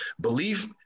Belief